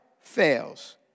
fails